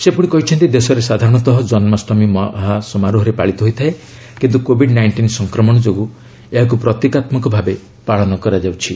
ସେ କହିଛନ୍ତି ଦେଶରେ ସାଧାରଣତଃ ଜନ୍କାଷ୍ଟମୀ ମହାସମାରୋହରେ ପାଳିତ ହୋଇଥାଏ କିନ୍ତୁ କୋଭିଡ୍ ନାଇଣ୍ଟିନ୍ ସଂକ୍ରମଣ ଯୋଗୁଁ ଏହାକୁ ପ୍ରତୀକାତ୍ମକ ଭାବେ ପାଳନ କରାଯାଉଛି